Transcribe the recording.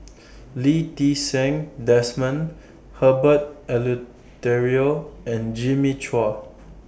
Lee Ti Seng Desmond Herbert Eleuterio and Jimmy Chua